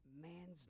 man's